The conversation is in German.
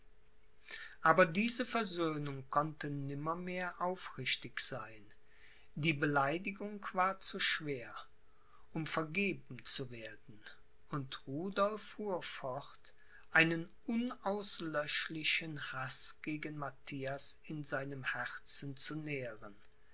aber diese versöhnung konnte nimmermehr aufrichtig sein die beleidigung war zu schwer um vergeben zu werden und rudolph fuhr fort einen unauslöschlichen haß gegen matthias in seinem herzen zu nähren